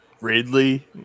Ridley